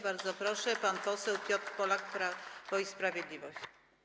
Bardzo proszę, pan poseł Piotr Polak, Prawo i Sprawiedliwość.